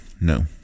No